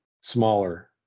smaller